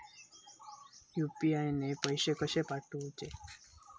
UPI ने पैशे कशे पाठवूचे?